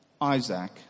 Isaac